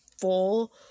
full